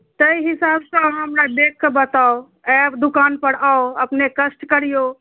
ताहि हिसाबसँ अहाँ हमरा देखिके बताउ आयब दोकानपर आउ अपने कष्ट करियौ